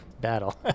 battle